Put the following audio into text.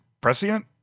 prescient